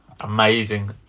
Amazing